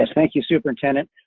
ah thank you superintendent.